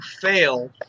fail